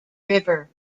river